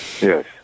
Yes